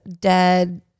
dead